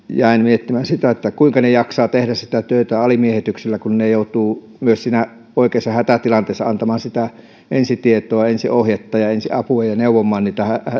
jäin miettimään sitä kuinka he jaksavat tehdä sitä työtä alimiehityksellä kun he joutuvat myös oikeassa hätätilanteessa antamaan ensitietoa ensiohjetta ja ensiapua ja neuvomaan